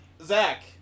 Zach